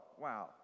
wow